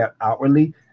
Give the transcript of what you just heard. outwardly